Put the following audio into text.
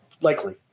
likely